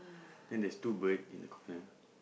then there's two bird in the corner